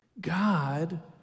God